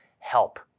Help